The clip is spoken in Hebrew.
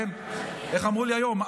איך אמרו לי היום,